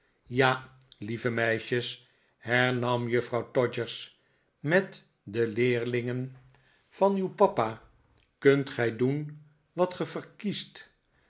ja lieve meisjes hernam juffrouw todgers met de leerlingen van uw papa kunt gij doen wat ge verkiest